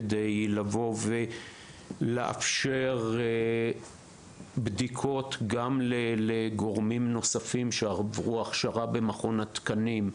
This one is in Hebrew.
כדי לבוא ולאפשר בדיקות גם לגורמים נוספים שעברו הכשרה במכון התקנים,